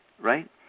right